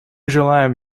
желаем